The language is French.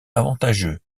avantageux